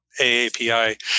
AAPI